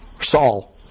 Saul